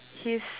he's